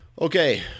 Okay